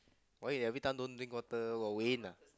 why you every time don't drink water got wind ah